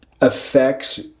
affects